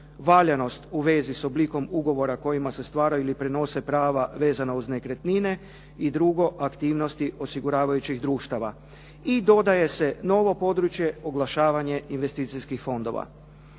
Valjanost u vezi s oblikom ugovora kojima se stvaraju i prenose prava vezana uz nekretnine i drugo, aktivnosti osiguravajućih društava. I dodaje se novo područje, oglašavanje investicijskih fondova.